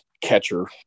catcher